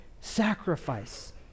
sacrifice